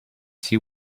see